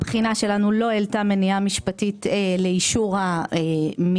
הבחינה שלנו לא העלתה מניעה משפטית לאישור המינוי.